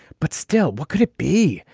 but still, what could it be?